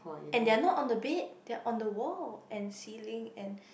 and they are not on the bed they are on the wall and ceiling and